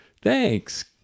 thanks